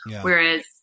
Whereas